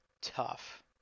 tough